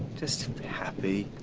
just happy.